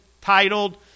titled